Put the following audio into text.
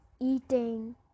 eating